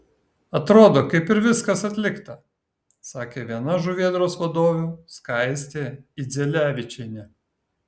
atrodo kaip ir viskas atlikta sakė viena žuvėdros vadovių skaistė idzelevičienė